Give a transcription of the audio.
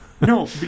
No